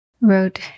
wrote